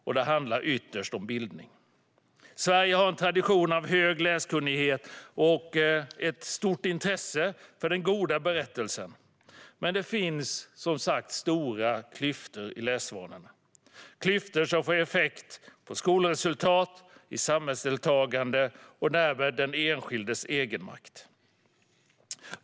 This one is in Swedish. Ytterst handlar det om bildning. Sverige har en tradition av hög läskunnighet och ett stort intresse för den goda berättelsen, men det finns som sagt stora klyftor i läsvanorna. Dessa klyftor får effekt på skolresultat och på samhällsdeltagande och därmed på den enskildes egenmakt.